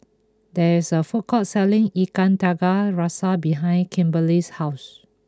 there is a food court selling Ikan Tiga Rasa behind Kimberely's house